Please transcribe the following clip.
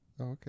Okay